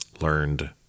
learned